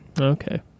Okay